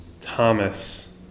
Thomas